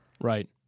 Right